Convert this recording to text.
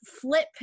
flip